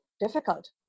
difficult